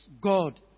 God